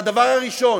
והדבר הראשון,